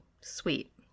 sweet